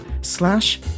slash